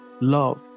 love